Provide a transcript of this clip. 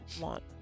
want